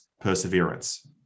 perseverance